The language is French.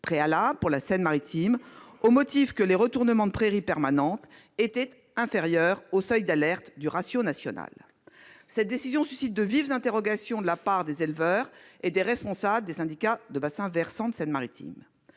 préalable pour la Seine-Maritime, au motif que les retournements de prairies permanentes étaient inférieurs au seuil d'alerte du ratio national. Cette décision suscite de vives interrogations de la part des éleveurs et des responsables des syndicats de bassins versants de la Seine-Maritime.